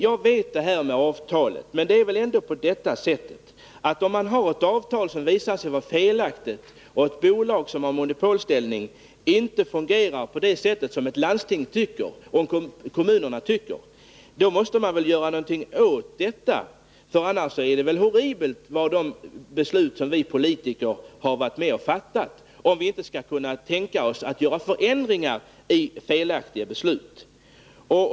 Jag känner till avtalet, men om man har ett avtal som visar sig vara felaktigt och om ett bolag som har monopolställning inte fungerar på det sätt som landsting och kommuner tycker att det skall fungera, då måste man väl ändå göra någonting åt detta. Det vore ju horribelt, om vi politiker inte skulle kunna tänka oss att göra förändringar i de beslut som vi har varit med om att fatta, om dessa visar sig vara felaktiga.